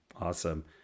awesome